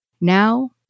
Now